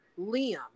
Liam